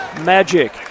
magic